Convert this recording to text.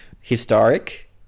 Historic